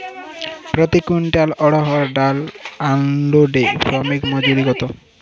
প্রতি কুইন্টল অড়হর ডাল আনলোডে শ্রমিক মজুরি কত?